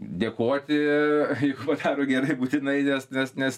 dėkoti jeigu padaro gerai būtinai nes nes nes